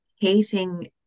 hating